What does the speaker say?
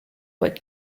what